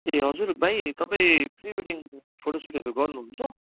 ए हजुर भाइ तपाईँ प्री वेडिङ फोटो सुटहरू गर्नुहुन्छ